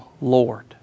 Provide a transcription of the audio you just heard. Lord